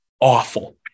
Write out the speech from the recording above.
awful